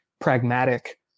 pragmatic